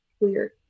weird